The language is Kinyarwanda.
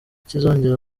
kizongera